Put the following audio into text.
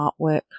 artwork